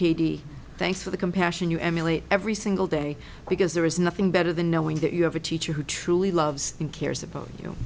katie thanks for the compassion you emulate every single day because there is nothing better than knowing that you have a teacher who truly loves and cares about you